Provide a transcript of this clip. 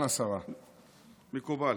מקובל.